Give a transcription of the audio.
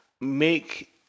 make